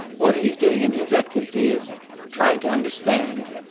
what he's doing in his activity is trying to understand,